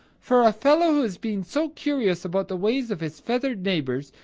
for a fellow who has been so curious about the ways of his feathered neighbors,